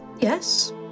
Yes